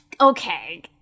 Okay